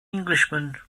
englishman